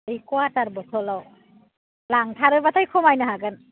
बै क्वाटार बटलाव लांथारोबाथाय खमायनो हागोन